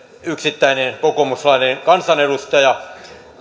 yksittäinen kokoomuslainen kansanedustaja